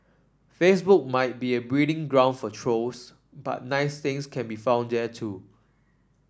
Facebook might be a breeding ground for trolls but nice things can be found there too